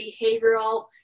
behavioral